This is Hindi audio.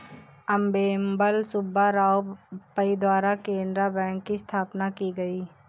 अम्मेम्बल सुब्बा राव पई द्वारा केनरा बैंक की स्थापना की गयी